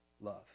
love